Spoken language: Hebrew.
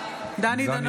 (קוראת בשמות חברי הכנסת) דני דנון,